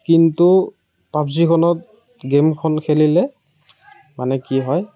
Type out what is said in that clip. কিন্তু পাবজিখনত গেমখন খেলিলে মানে কি হয়